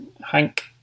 Hank